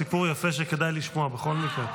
סיפור יפה שכדאי לשמוע בכל מקרה,